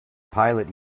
pilot